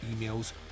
emails